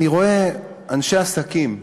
אני רואה אנשי עסקים,